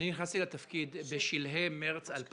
יוצא מחדר הישיבות.) אני נכנסתי לתפקיד בשלהי מרץ 2018,